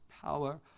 power